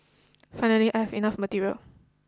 finally I have enough material